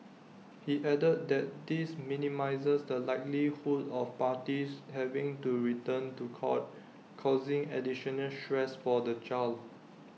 he added that this minimises the likelihood of parties having to return to court causing additional stress for the child